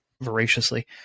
voraciously